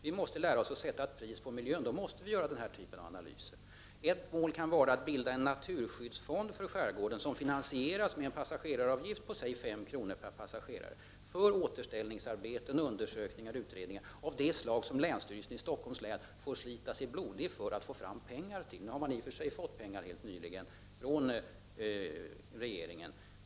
Vi måste lära oss att sätta ett pris på miljön, och då måste vi göra den här av typen av analyser. Ett mål kan vara att bilda en naturskyddsfond för skärgården, som finansieras med en passageraravgift om låt oss säga 5 kr. per passagerare. Pengarna kunde användas för återställningsarbeten, undersökningar och utredningar av det slag som man på länsstyrelsen i Stockholms län får slita sig blodig för att få fram pengar till. I och för sig har man helt nyligen fått pengar från regeringen.